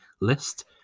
list